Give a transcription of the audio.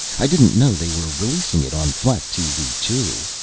i didn't know they were releasing it on flat tv too.